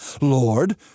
Lord